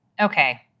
Okay